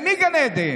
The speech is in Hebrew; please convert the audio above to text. למי גן עדן?